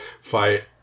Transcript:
fight